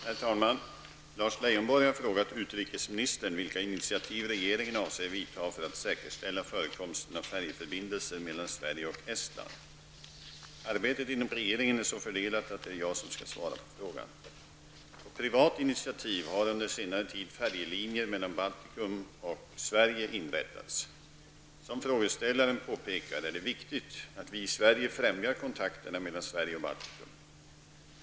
Herr talman! Lars Leijonborg har frågat utrikesministern vilka initiativ regeringen avser vidta för att säkerställa förekomsten av färjeförbindelser mellan Sverige och Estland. Arbetet inom regeringen är så fördelat att det är jag som skall svara på frågan. Som frågeställaren påpekar är det viktigt att vi i Sverige främjar kontakterna mellan Sverige och Baltikum.